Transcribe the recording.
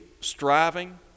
striving